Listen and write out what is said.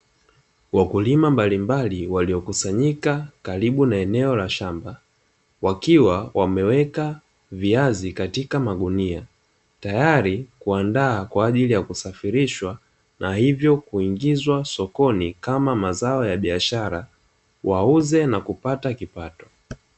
Wakulima mbalimbali waliokusanyika karibu na eneo la shamba, wakiwa wameweka viazi katika magunia. Tayari kuandaa kwa ajili ya kusafirishwa na hivyo kuingizwa sokoni kama mazao ya biashara, wauze na kupata kipato.